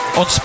on